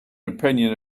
opinion